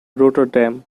rotterdam